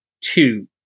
two